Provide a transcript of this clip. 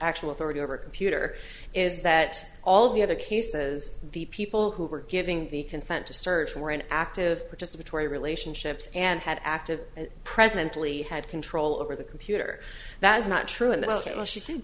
actual authority over computer is that all the other cases the people who were giving the consent to search were in active participatory relationships and had active presently had control over the computer that is not true and that she